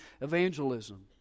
evangelism